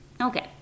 Okay